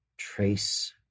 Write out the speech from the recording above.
trace